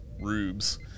rubes